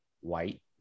White